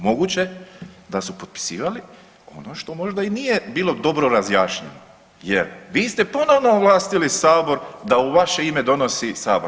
Moguće da su potpisivali ono što možda i nije bilo dobro razjašnjeno jer vi ste ponovno ovlastili sabor da u vaše ime donosi sabor.